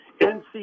NC